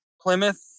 Plymouth